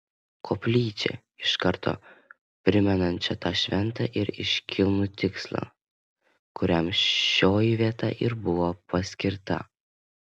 koplyčią iš karto primenančią tą šventą ir iškilnų tikslą kuriam šioji vieta ir buvo paskirta